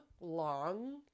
long